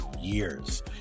years